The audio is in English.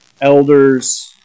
elders